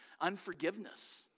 unforgiveness